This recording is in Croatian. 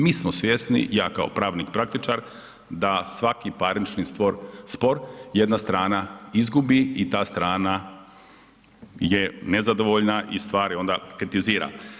Mi smo svjesni, ja kao pravnik praktičar, da svaki parnični spor jedna strana izgubi i ta strana je nezadovoljna i stvari onda kritizira.